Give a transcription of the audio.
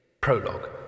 Prologue